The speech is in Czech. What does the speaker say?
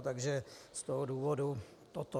Takže z toho důvodu toto.